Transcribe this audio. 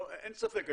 אין ספק.